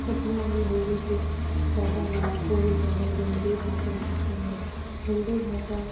इसलिए हम हिन्दी पर ज़्यादा महत्वपूर्ण ज़्यादा ज़रूरी बातें लिखते हैं हिन्दी भाषा